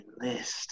list